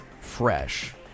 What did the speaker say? fresh